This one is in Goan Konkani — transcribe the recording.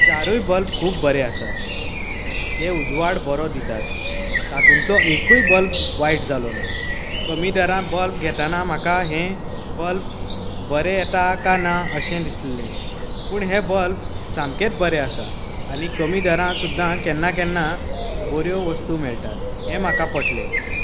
चारूय बल्ब खूब बरें आसात ते उजवाड बरो दितात तातूंतलो एकय बल्ब वायट जालो ना कमी दरान बल्ब घेतना म्हाका हे बल्ब बरें येता कांय ना अशें दिसलें पूण हे बल्बस सामकेंच बरें आसात आनीक दरांन आसून सुद्दां केन्ना केन्ना बऱ्यो वस्तू मेळटात हें म्हाका पटलें